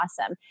awesome